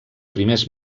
primers